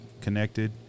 connected